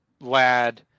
Lad